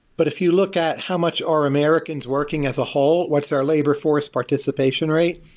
but if you look at how much are americans working as a whole, what's our labor force participation rate?